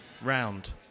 round